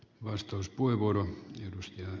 arvoisa puhemies